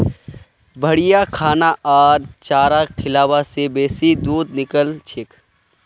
बढ़िया खाना आर चारा खिलाबा से बेसी दूध निकलछेक